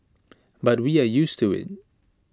but we are used to IT